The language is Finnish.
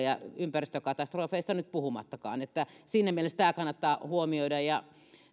ympäristökatastrofeista nyt puhumattakaan tämä kannattaa huomioida